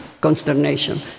consternation